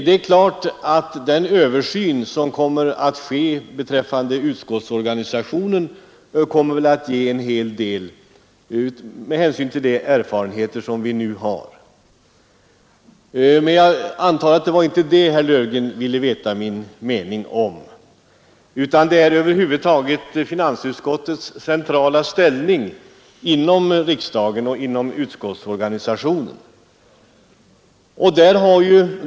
Det är klart att den översyn som skall ske beträffande utskottsorganisationen kommer att ge en hel del med hänsyn till de erfarenheter vi nu har. Men jag antar att det inte var om detta herr Löfgren ville veta min mening, utan han avsåg väl finansutskottets centrala ställning inom riksdagen och utskottsorganisationen över huvud taget.